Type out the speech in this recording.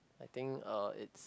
I think uh it's